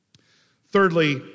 Thirdly